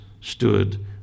stood